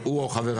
הוא או חבריו.